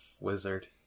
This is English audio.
Wizard